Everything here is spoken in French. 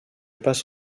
passe